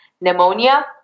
pneumonia